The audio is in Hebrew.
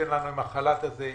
עשיתם לנו עם החל"ת הזה,